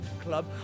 club